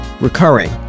Recurring